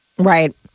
Right